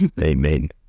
Amen